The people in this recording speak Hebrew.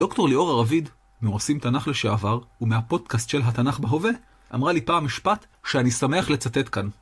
דוקטור ליאורה רביד, מעושים תנ״ך לשעבר, ומהפודקאסט של התנ״ך בהווה, אמרה לי פעם משפט שאני שמח לצטט כאן.